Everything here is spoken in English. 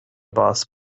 boss